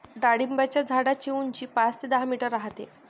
डाळिंबाच्या झाडाची उंची पाच ते दहा मीटर राहते